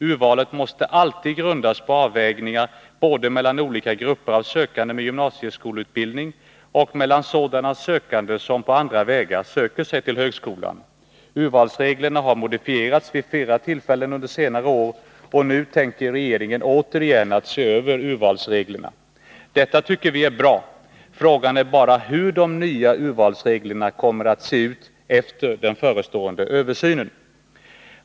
Urvalet måste alltid grundas på avvägningar både mellan olika grupper av sökande med gymnasieskolutbildning och mellan sådana sökande som på andra vägar söker sig till högskolan. Urvalsreglerna har modifierats vid flera tillfällen under senare år, och nu tänker regeringen återigen se över dem. Detta tycker vi är bra. Frågan är bara hur de nya urvalsreglerna kommer att se ut efter den förestående översynen.